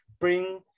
bring